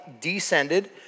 descended